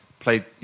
Played